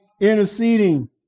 interceding